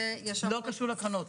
לא קשור לקרנות.